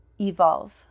evolve